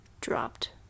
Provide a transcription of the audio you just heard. dropped